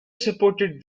supported